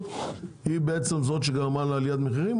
התייחסו היא זאת שגרמה לעליית המחירים?